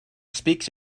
speaks